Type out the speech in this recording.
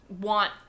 want